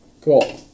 Cool